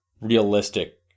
realistic